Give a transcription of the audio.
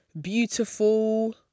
beautiful